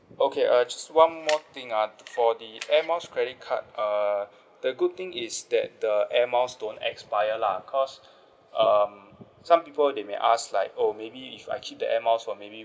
okay uh just one more thing ah for the Air Miles credit card err the good thing is that the Air Miles don't expire lah because um some people they may ask like oh maybe if I keep the Air Miles for maybe